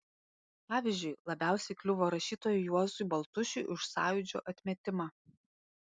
pavyzdžiui labiausiai kliuvo rašytojui juozui baltušiui už sąjūdžio atmetimą